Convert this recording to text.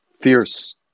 fierce